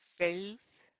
Faith